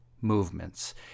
movements